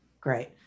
great